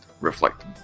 reflect